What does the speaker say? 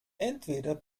entweder